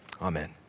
amen